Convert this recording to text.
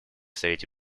совете